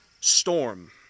storm